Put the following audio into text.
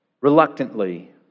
reluctantly